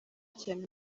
cyane